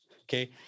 Okay